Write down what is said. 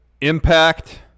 Impact